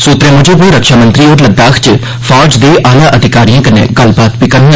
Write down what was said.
सुत्तरें मुजब रक्षा मंत्री होर लद्दाख च फौज दे आला अधिकारिएं कन्नै गल्लबात बी करङन